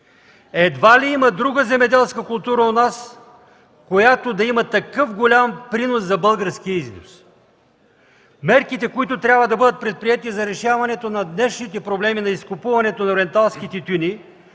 Едва ли има друга земеделска култура у нас, която да има такъв голям принос за българския износ. Мерките, които трябва да бъдат предприети за решаването на днешните проблеми на изкупуването на ориенталски тютюни,